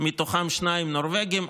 מתוכם שניים נורבגים,